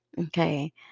Okay